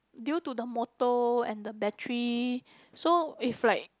due to the motor and the battery so if like